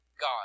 God